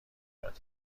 یاد